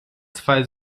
zwei